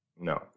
No